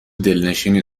دلنشینی